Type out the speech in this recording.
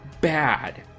bad